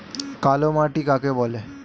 কালোমাটি কাকে বলে?